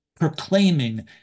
proclaiming